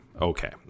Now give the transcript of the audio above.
Okay